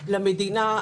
למדינה.